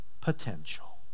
potential